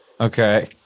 Okay